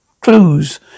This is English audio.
clues